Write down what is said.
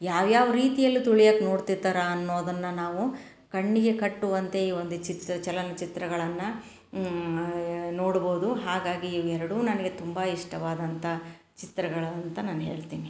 ಯಾವ ಯಾವ ರೀತಿಯಲ್ಲಿ ತುಳಿಯಕ್ಕೆ ನೋಡ್ತಿರ್ತಾರೆ ಅನ್ನೋದನ್ನು ನಾವು ಕಣ್ಣಿಗೆ ಕಟ್ಟುವಂತೆ ಈ ಒಂದು ಚಿತ್ರ ಚಲನಚಿತ್ರಗಳನ್ನು ನೋಡ್ಬೋದು ಹಾಗಾಗಿ ಇವೆರಡೂ ನನಗೆ ತುಂಬ ಇಷ್ಟವಾದಂಥ ಚಿತ್ರಗಳು ಅಂತ ನಾನು ಹೇಳ್ತೀನಿ